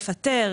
לפטר